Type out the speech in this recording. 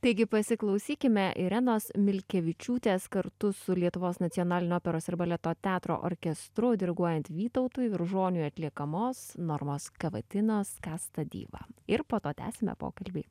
taigi pasiklausykime irenos milkevičiūtės kartu su lietuvos nacionalinio operos ir baleto teatro orkestru diriguojant vytautui viržoniui atliekamos normos kavatinos kasta diva ir po to tęsime pokalbį